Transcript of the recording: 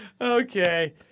Okay